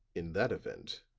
in that event,